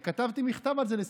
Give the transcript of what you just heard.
טוב, אני לא מתכוון עוד לחכות.